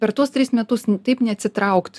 per tuos tris metus taip neatsitraukt